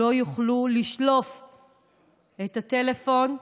לא יוכלו לשלוף את הטלפון.